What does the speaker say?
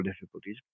difficulties